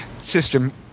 system